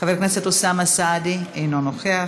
חבר הכנסת אוסאמה סעדי, אינו נוכח,